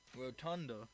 Rotunda